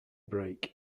break